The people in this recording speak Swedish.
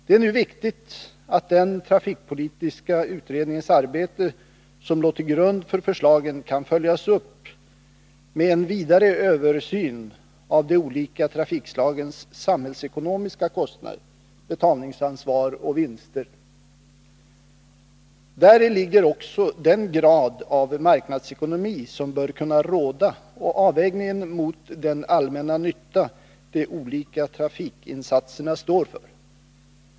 Det är nu viktigt att den trafikpolitiska utredningens arbete, som låg till grund för förslagen, kan följas upp med en vidare översyn av de olika trafikslagens samhällsekonomiska kostnader, betalningsansvar och vinster. Däri ligger också den grad av marknadsekonomi som bör kunna råda och avvägningen mot den allmänna nytta de olika trafikinsatserna står för.